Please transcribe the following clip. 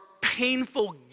painful